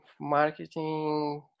marketing